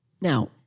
now